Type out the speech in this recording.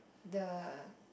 the